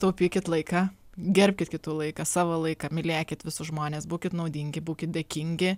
taupykit laiką gerbkit kitų laiką savo laiką mylėkit visus žmones būkit naudingi būkit dėkingi